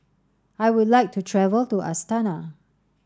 I would like to travel to Astana